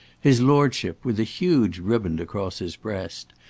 his lordship, with a huge riband across his breast,